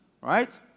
right